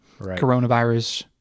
Coronavirus